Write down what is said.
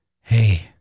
hey